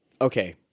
Okay